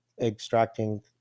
extracting